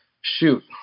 shoot